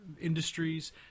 Industries